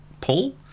pull